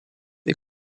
est